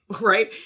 right